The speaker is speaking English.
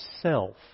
self